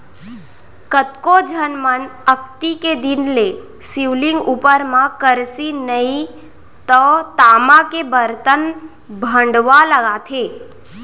कतको झन मन अक्ती के दिन ले शिवलिंग उपर म करसी नइ तव तामा के बरतन भँड़वा लगाथे